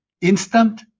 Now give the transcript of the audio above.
instant